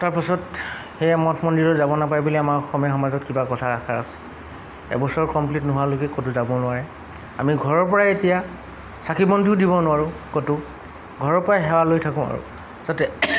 তাৰপাছত সেই মঠ মন্দিৰত যাব নাপায় বুলি আমাৰ অসমীয়া সমাজত কিবা কথা এষাৰ আছে এবছৰ কমপ্লিট নোহোৱালৈকে ক'তো যাব নোৱাৰে আমি ঘৰৰপৰাই এতিয়া চাকি বন্তিও দিব নোৱাৰোঁ ক'তো ঘৰৰপৰাই সেৱা লৈ থাকোঁ আৰু যাতে